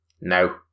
No